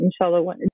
inshallah